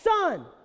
son